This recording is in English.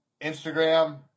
instagram